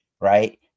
right